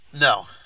No